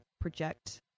project